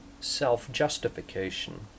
self-justification